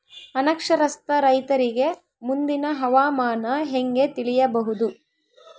ಅನಕ್ಷರಸ್ಥ ರೈತರಿಗೆ ಮುಂದಿನ ಹವಾಮಾನ ಹೆಂಗೆ ತಿಳಿಯಬಹುದು?